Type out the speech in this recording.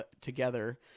together